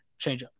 changeup